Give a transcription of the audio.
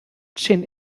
chin